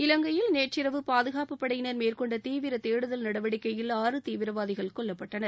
இலங்கையில் நேற்றிரவு பாதுகாப்பு படையினர் மேற்கொண்ட தீவிர தேடுதல் நடவடிக்கையில் ஆறு தீவிரவாதிகள் கொல்லப்பட்டனர்